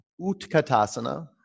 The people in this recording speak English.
Utkatasana